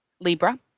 Libra